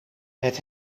het